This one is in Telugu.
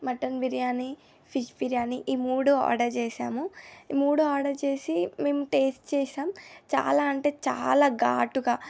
మటన్ బిర్యానీ ఫిష్ బిర్యానీ ఈ మూడు ఆర్డర్ చేశాము ఈ మూడు ఆర్డర్ చేసి మేము టేస్ట్ చేశాం చాలా అంటే చాలా ఘాటుగా